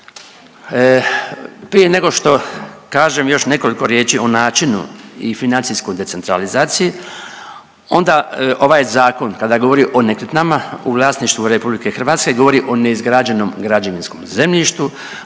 Prije nego što kažem još nekoliko riječi o načinu i financijskoj decentralizaciji onda ovaj zakon kada govori o nekretninama u vlasništvu RH govori o neizgrađenom građevinskom zemljištu,